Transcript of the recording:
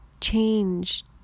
change